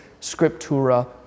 scriptura